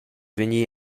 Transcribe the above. vegnir